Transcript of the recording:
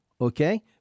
okay